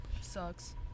Sucks